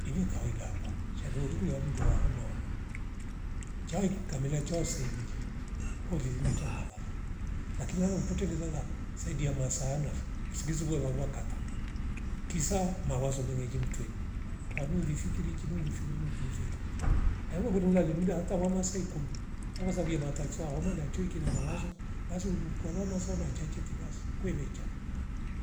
Ini kawaidakwa shaduo rumlo mlewa mndua homa homa chao ikimakera chao saivili huriringita ngavala lakini lala mkute ngelala saidia masanafo usingizi uwe vawuwa kata kisa mawazo mengenji mtweni kwanu lifikirichi nduli mfiriri mkilirivichi huwa kutunza limda hata wa masaa ikumi nawasavia mata swahoma ndachoikira mawazo basi urukwala masoma chaiche tibasi kweivecha